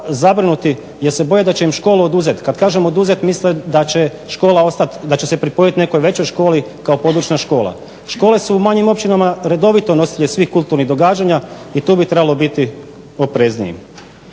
zabrinuti jer se boje da će im škola oduzeti. Kad kažem oduzeti misle da će škola ostati, da će se pripojiti nekoj većoj školi kao područna škola. Škole su u manjim općinama redovito nositelji svih kulturnih događanja i tu bi trebalo biti oprezniji.